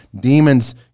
demons